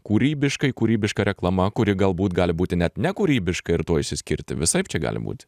kūrybiškai kūrybiška reklama kuri galbūt gali būti net nekūrybiška ir tuo išsiskirti visaip čia gali būti